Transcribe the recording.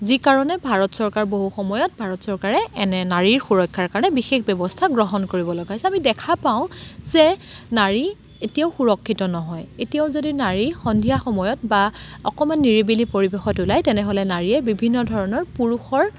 যিকাৰণে ভাৰত চৰকাৰ বহু সময়ত ভাৰত চৰকাৰে এনে নাৰীৰ সুৰক্ষাৰ কাৰণে বিশেষ ব্যৱস্থা গ্ৰহণ কৰিবলগা হৈছে আমি দেখা পাওঁ যে নাৰী এতিয়াও সুৰক্ষিত নহয় এতিয়াও যদি নাৰী সন্ধিয়া সময়ত বা অকণমান নিৰিবিলি পৰিৱেশত ওলায় তেনেহ'লে নাৰীয়ে বিভিন্ন ধৰণৰ পুৰুষৰ